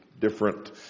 different